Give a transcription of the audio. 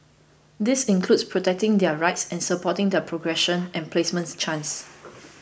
this includes protecting their rights and supporting their progression and placement chances